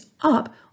up